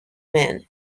men